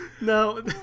no